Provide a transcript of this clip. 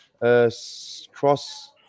cross